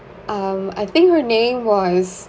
um I think her name was